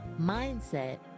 mindset